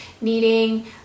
needing